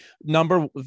Number